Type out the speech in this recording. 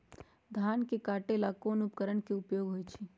धान के काटे का ला कोंन उपकरण के उपयोग होइ छइ?